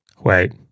Wait